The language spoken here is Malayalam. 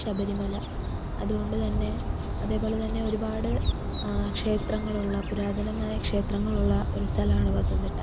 ശബരിമല അതുകൊണ്ട് തന്നെ അതേപോലെ തന്നെ ഒരുപാട് ക്ഷേത്രങ്ങളുള്ള പുരാതനമായ ക്ഷേത്രങ്ങളുള്ള ഒരു സ്ഥലമാണ് പത്തനംതിട്ട